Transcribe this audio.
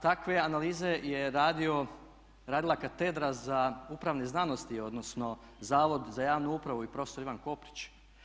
Takve analize je radila Katedra za upravne znanosti odnosno Zavod za javnu upravu i prof. Ivan Koprić.